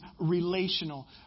relational